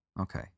Okay